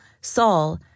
Saul